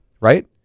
right